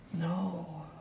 No